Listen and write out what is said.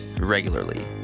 regularly